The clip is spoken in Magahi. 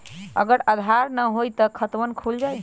अगर आधार न होई त खातवन खुल जाई?